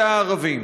זה הערבים.